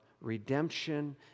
redemption